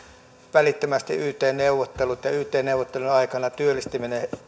välittömästi yt neuvottelut ja yt neuvottelujen aikana työllistäminen